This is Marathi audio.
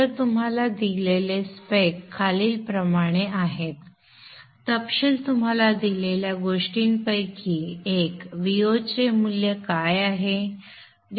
तर तुम्हाला दिलेले स्पेक खालीलप्रमाणे आहेत तपशील तुम्हाला दिलेल्या गोष्टींपैकी एक Vo चे मूल्य काय आहे